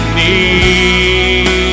need